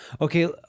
Okay